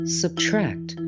subtract